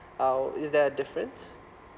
uh is there a difference